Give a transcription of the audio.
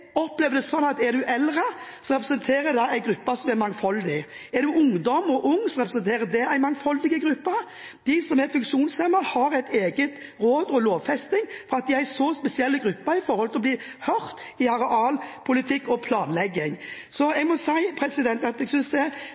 opplever det sånn at er du eldre, representerer det en gruppe som er mangfoldig. Er du ungdom og ung, representerer det en mangfoldig gruppe. De som er funksjonshemmede, har et eget lovfestet råd fordi de er en så spesiell gruppe når det gjelder å bli hørt i arealpolitikk og i planlegging. Så jeg må si at jeg synes det